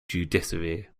judiciary